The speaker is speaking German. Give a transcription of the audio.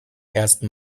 ersten